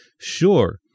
Sure